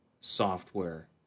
software